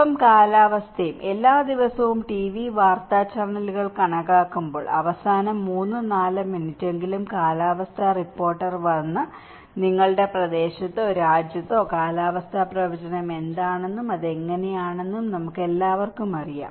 ഒപ്പം കാലാവസ്ഥയും എല്ലാ ദിവസവും ടിവി വാർത്താ ചാനലുകൾ ഓണാക്കുമ്പോൾ അവസാന 3 4 മിനിറ്റെങ്കിലും കാലാവസ്ഥാ റിപ്പോർട്ടർ വന്ന് നിങ്ങളുടെ പ്രദേശത്തോ രാജ്യത്തോ കാലാവസ്ഥാ പ്രവചനം എന്താണെന്നും അത് എങ്ങനെയാണെന്നും നമുക്ക് എല്ലാവർക്കും അറിയാം